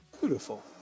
Beautiful